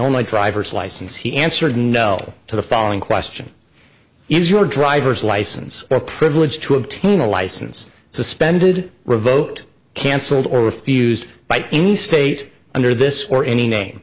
only driver's license he answered no to the following question is your driver's license or privilege to obtain a license suspended revoked canceled or refused by any state under this for any name